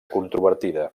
controvertida